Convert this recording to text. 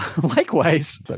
likewise